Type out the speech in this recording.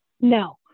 no